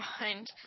mind